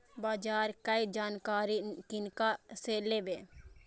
बाजार कै जानकारी किनका से लेवे?